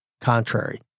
contrary